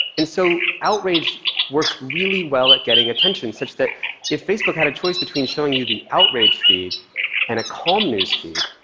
and so outrage works really well at getting attention, such that if facebook had a choice between showing you the outrage feed and a calm newsfeed,